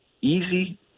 easy